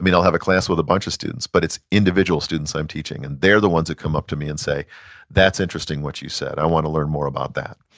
i'll have a class with a bunch of students, but it's individual students i'm teaching, and they're the ones who come up to me and say that's interesting what you said. i want to learn more about that.